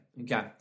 Okay